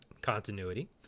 Continuity